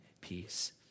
peace